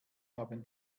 haben